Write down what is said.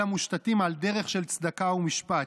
אלא מושתתים על דרך של צדקה ומשפט,